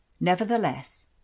Nevertheless